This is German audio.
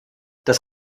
das